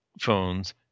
phones